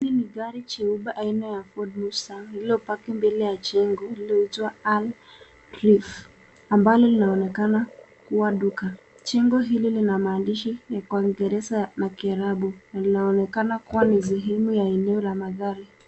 Hili ni gari jeupe aina ya Ford Mustang lililopaki mbele ya jengo lililoitwa Al Reef ambalo linaonekana kuwa duka. Jengo hili lina maandishi kwa kingereza na kiarabu na linaonekana kuwa ni sehemu ya eneo la magari.